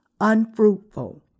unfruitful